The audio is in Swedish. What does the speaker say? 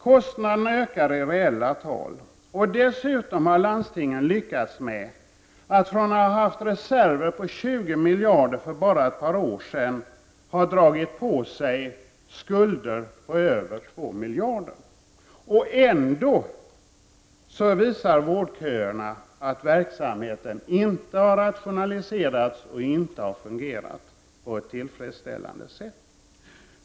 Kostnaderna ökar i reella tal, och dessutom har landstingen lyckats med att från att ha haft reserver på 20 miljarder för bara ett par år sedan dra på sig skulder på över 2 miljarder. Ändå visar vårdköerna att verksamheten inte har rationaliserats och inte har fungerat på ett tillfredsställande sätt.